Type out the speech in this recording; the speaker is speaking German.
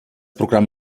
programm